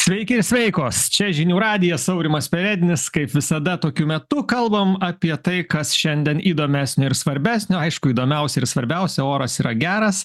sveiki ir sveikos čia žinių radijas aurimas perednis kaip visada tokiu metu kalbam apie tai kas šiandien įdomesnio ir svarbesnio aišku įdomiausia ir svarbiausia oras yra geras